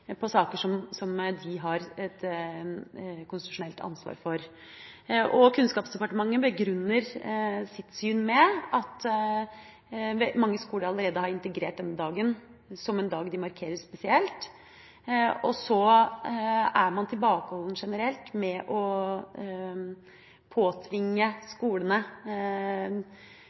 på saker som de har et konstitusjonelt ansvar for. Kunnskapsdepartementet begrunner sitt syn med at mange skoler allerede har integrert denne dagen som en dag de markerer spesielt, og man er tilbakeholden generelt med å påtvinge skolene